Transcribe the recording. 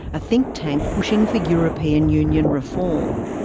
a think tank pushing for european union reform.